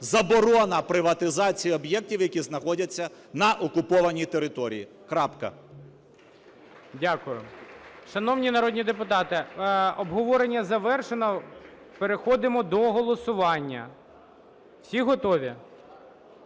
заборона приватизації об’єктів, які знаходяться на окупованій території, крапка. ГОЛОВУЮЧИЙ. Дякую. Шановні народні депутати, обговорення завершено, переходимо до голосування. Всі готові?